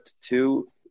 two